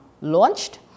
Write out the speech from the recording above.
launched